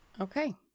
Okay